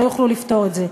לא יוכלו לפתור את זה.